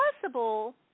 possible